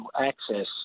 access